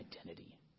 identity